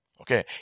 Okay